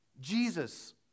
Jesus